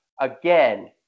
again